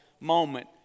moment